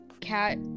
Cat